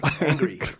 angry